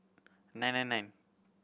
nine nine nine